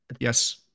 Yes